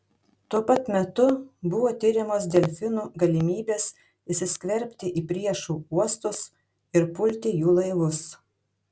tuo pat metu buvo tiriamos delfinų galimybės įsiskverbti į priešų uostus ir pulti jų laivus